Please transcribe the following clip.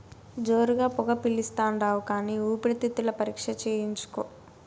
జోరుగా పొగ పిలిస్తాండావు కానీ ఊపిరితిత్తుల పరీక్ష చేయించుకో